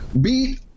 beat